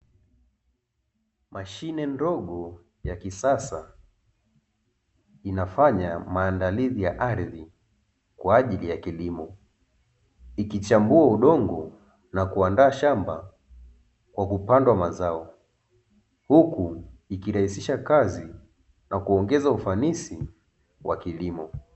Mashine ndogo ya kisasa inafanya maandalizi ya ardhi kwa ajili ya kilimo ikichambua udongo na kuandaa shamba kwa kupandwa mazao huku ikirahisisha kazi na kuongeza ufanisi wa kilimo.